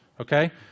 okay